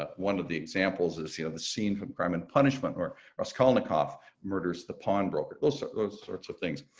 ah one of the examples is, you know, the scene from crime and punishment or or is calling a cough murders the pawnbroker those, sort of those sorts of things.